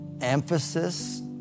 emphasis